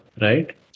right